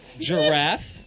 giraffe